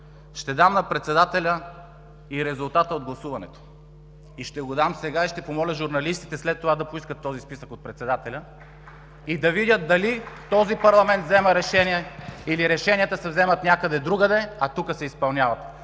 ще дам на председателя и резултата от гласуването. (Показва запечатан плик.) Ще го дам сега и ще помоля журналистите след това да поискат този списък от председателя и да видят дали този парламент взема решения, или решенията се вземат някъде другаде, а тук се изпълняват.